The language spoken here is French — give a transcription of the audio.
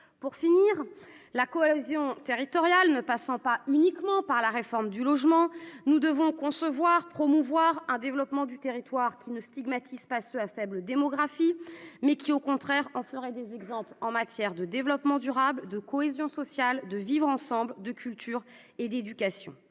locatifs. La cohésion territoriale ne passant pas uniquement par une réforme du logement, nous devons concevoir et promouvoir un développement qui ne stigmatise pas les territoires à faible démographie. Il faut au contraire en faire des exemples en matière de développement durable, de cohésion sociale, de vivre ensemble, de culture et d'éducation.